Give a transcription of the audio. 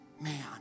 Man